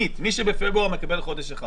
מי שבפברואר מקבל חודש אחד,